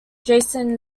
jason